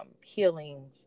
healing